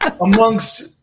amongst